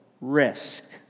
risk